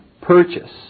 purchase